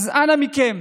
אז אנא מכם,